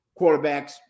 quarterbacks